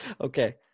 Okay